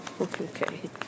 Okay